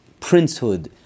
princehood